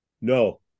No